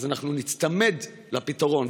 אז אנחנו ניצמד לפתרון.